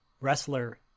wrestler